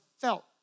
felt